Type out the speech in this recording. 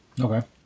Okay